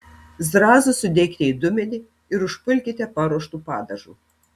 zrazus sudėkite į dubenį ir užpilkite paruoštu padažu